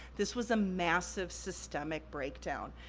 this was a massive systemic breakdown,